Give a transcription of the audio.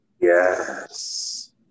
yes